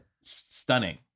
stunning